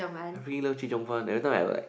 I really love chee-cheong-fun every time I'm like